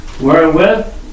wherewith